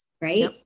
right